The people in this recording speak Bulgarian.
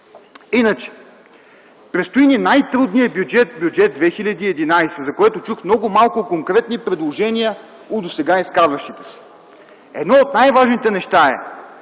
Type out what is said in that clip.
хаос. Предстои ни най-трудният бюджет – Бюджет 2011, за който чух много малко конкретни предложения от досега изказващите се. Едно от най-важните неща е